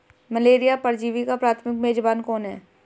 Malaria परजीवी का प्राथमिक मेजबान कौन है?